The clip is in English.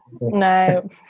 no